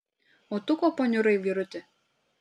o tu ko paniurai vyruti